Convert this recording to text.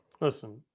Listen